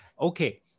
okay